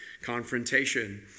confrontation